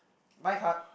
my card